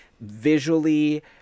Visually